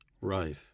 Right